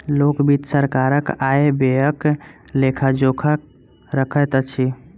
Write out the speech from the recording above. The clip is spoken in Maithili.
लोक वित्त सरकारक आय व्ययक लेखा जोखा रखैत अछि